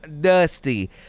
Dusty